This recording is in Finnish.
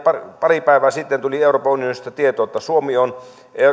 pari päivää sitten tuli euroopan unionista tieto että suomi on